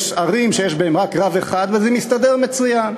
יש ערים שיש בהן רק רב אחד וזה מסתדר מצוין.